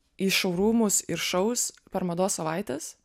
į šou rūmus ir šaus per mados savaites